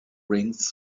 rings